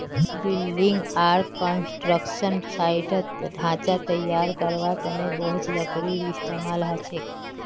building आर construction साइटत ढांचा तैयार करवार तने बहुत लकड़ीर इस्तेमाल हछेक